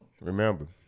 Remember